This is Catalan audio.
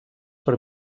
per